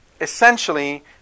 Essentially